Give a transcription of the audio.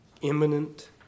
imminent